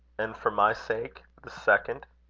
and for my sake, the second?